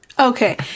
Okay